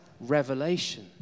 revelation